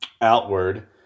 outward